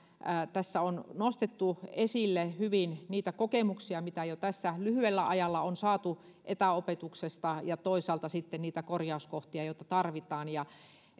tässä on nostettu hyvin esille niitä kokemuksia mitä jo tässä lyhyellä ajalla on saatu etäopetuksesta ja toisaalta sitten niitä korjauskohtia joita tarvitaan